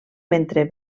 mentre